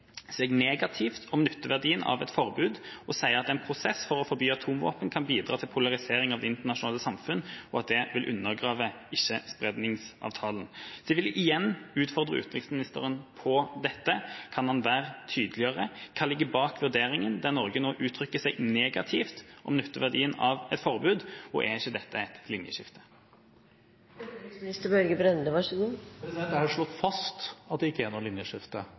seg negativt om nytteverdien av et forbud og sier at en prosess for å forby atomvåpen kan bidra til polarisering av det internasjonale samfunn, og at det vil undergrave Ikke-spredningsavtalen. Så jeg vil igjen utfordre utenriksministeren på dette: Kan han tydeliggjøre? Hva ligger bak vurderinga der Norge nå uttrykker seg negativt om nytteverdien av et forbud? Er ikke dette et linjeskifte? Jeg har slått fast at det ikke er noe